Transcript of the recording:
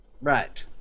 Right